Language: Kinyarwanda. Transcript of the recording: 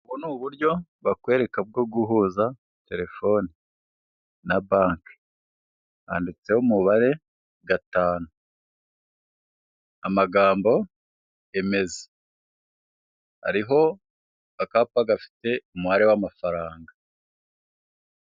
Ubwo ni uburyo bakwereka bwo guhuza telefoni na banke, handitseho umubare gatanu, amagambo emeza. Hariho akapa gafite umubare w'amafaranga.